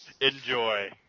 Enjoy